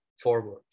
forward